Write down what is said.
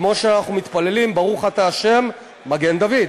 כמו שאנחנו מתפללים: ברוך אתה השם מגן דוד.